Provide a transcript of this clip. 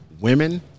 women